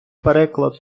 переклад